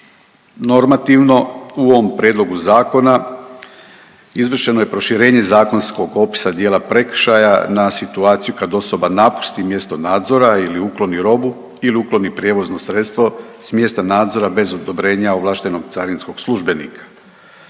Normativno u ovom prijedlogu zakona izvršeno je proširenje zakonskog opisa dijela prekršaja na situaciju kad osoba napusti mjesto nadzora ili ukloni robu ili ukloni prijevozno sredstvo s mjesta nadzora bez odobrenja ovlaštenog carinskog službenika.